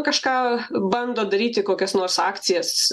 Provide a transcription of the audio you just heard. kažką bando daryti kokias nors akcijas